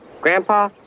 Grandpa